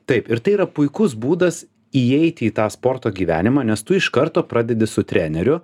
taip ir tai yra puikus būdas įeiti į tą sporto gyvenimą nes tu iš karto pradedi su treneriu